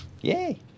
Yay